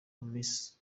hamisa